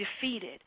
defeated